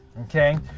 Okay